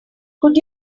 could